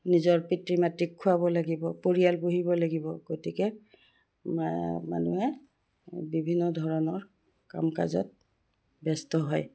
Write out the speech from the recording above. নিজৰ পিতৃ মাতৃক খোৱাব লাগিব পৰিয়াল পুহিব লাগিব গতিকে মানুহে বিভিন্ন ধৰণৰ কাম কাজত ব্যস্ত হয়